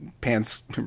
pants